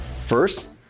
First